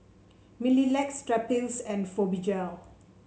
Mepilex Strepsils and Fibogel